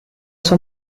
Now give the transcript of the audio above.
sua